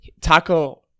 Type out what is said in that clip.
Taco